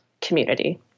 community